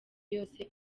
yose